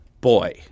boy